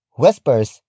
whispers